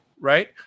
right